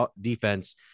defense